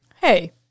Hey